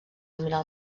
dominar